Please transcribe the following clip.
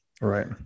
Right